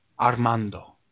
Armando